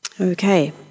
Okay